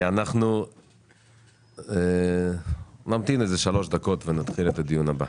אנחנו נמתין 3 דקות ונתחיל את הדיון הבא.